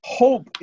hope